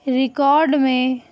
record میں